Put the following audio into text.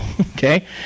Okay